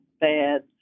bad